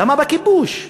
למה בכיבוש?